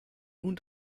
ruhen